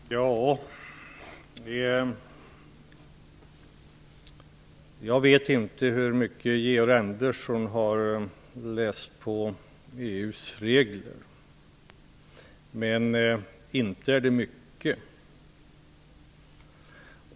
Herr talman! Jag vet inte hur mycket Georg Andersson har läst på om EU:s regler. Inte är det mycket.